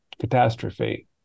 catastrophe